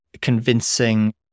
convincing